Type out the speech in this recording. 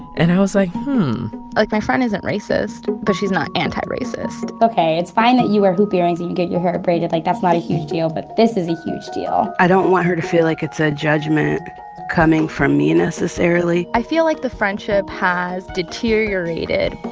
and i was like, hmm like, my friend isn't racist, but she's not anti-racist ok. it's fine that you wear hoop earrings and you get your hair braided. like, that's not a huge deal, but this is a huge deal i don't want her to feel like it's a judgment coming from me, necessarily i feel like the friendship has deteriorated